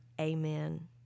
Amen